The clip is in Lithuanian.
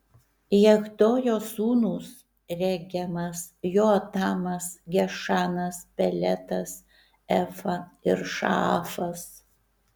jahdojo sūnūs regemas joatamas gešanas peletas efa ir šaafas